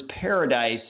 paradise